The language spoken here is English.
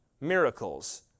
miracles